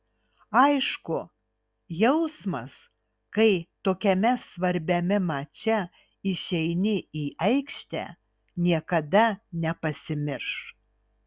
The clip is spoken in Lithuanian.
aišku jausmas kai tokiame svarbiame mače išeini į aikštę niekada nepasimirš